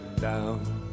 down